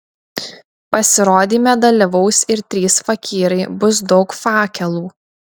pasirodyme dalyvaus ir trys fakyrai bus daug fakelų